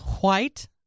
White